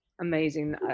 Amazing